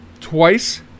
twice